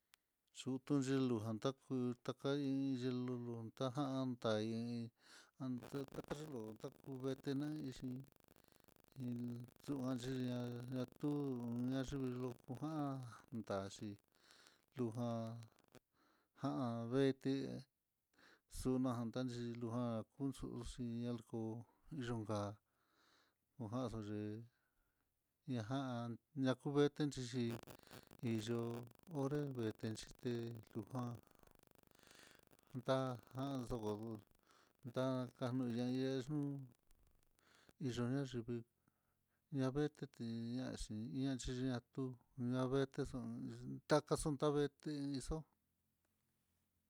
Chutun yelonjan taku, taka iin lulu tajan takain taka yelo, takuvete naixhí iin yuanxhi ñaña, tu nayu luku jan ndaxhi lujan, jan veité xunan tanelujan, kunxuxhi alcohol yunja lujanxi le'e ñajan na kuvete xhixi, hiyo'o onre vente xhité tujan tajan ndo ndakanoi yeyen hú nixo nayivii navetete ñaxhi iinxhi ñatu ñavetexon ndakaxun taveete xo'ó.